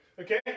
Okay